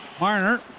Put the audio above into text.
Marner